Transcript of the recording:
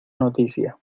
noticia